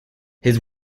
his